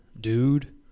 dude